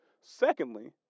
Secondly